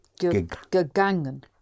Gegangen